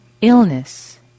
Illness